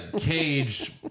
Cage